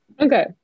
Okay